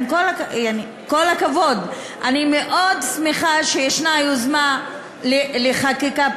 כל הכבוד, אני מאוד שמחה שיש יוזמה לחקיקה פרטית,